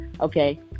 okay